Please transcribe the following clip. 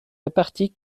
répartis